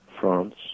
France